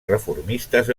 reformistes